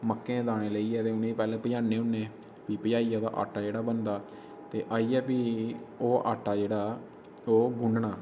मक्कें दे दाने लेइयै ते उ'नेंगी पैह्ले पेयाने होन्ने फ्ही पेहाइयै ओह्दा आटा जेह्ड़ा बनदा ते आइयै फ्ही ओह् आटा जेह्ड़ा ओह् गुनना